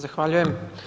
Zahvaljujem.